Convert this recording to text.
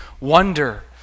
wonder